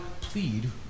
plead